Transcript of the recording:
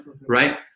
right